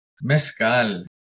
mezcal